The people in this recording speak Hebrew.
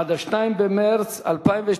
עד 2 במרס 2012,